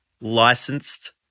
licensed